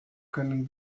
können